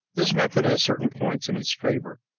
this method has certain points in its favor.